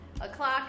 o'clock